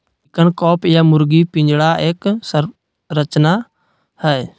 chicken coop या मुर्गी पिंजरा एक संरचना हई,